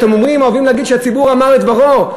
אתם אומרים, אוהבים להגיד שהציבור אמר את דברו.